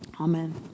Amen